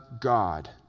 God